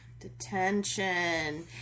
Detention